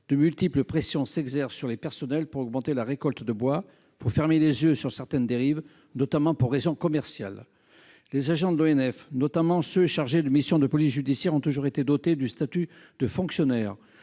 de nombreuses pressions s'exercent sur les personnels pour augmenter la récolte de bois ou fermer les yeux sur certaines dérives, notamment pour raisons commerciales. Les agents de l'ONF, notamment ceux qui sont chargés de missions de police judiciaire, ont toujours été dotés du statut de fonctionnaire,